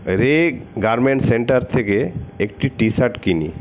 রে garment centre থেকে একটি টি শার্ট কিনি